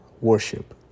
worship